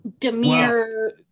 Demir